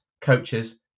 coaches